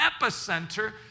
epicenter